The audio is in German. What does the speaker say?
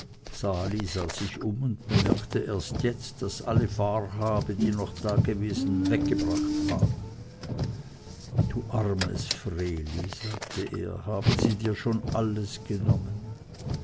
sah sich um und bemerkte erst jetzt daß alle fahrhabe die noch dagewesen weggebracht war du armes vreeli sagte er haben sie dir schon alles genommen